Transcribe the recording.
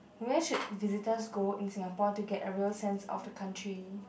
where should visitors go in Singapore to get a real sense of the country